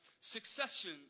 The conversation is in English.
succession